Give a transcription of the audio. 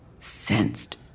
sensed